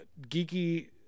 Geeky